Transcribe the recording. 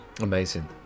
Amazing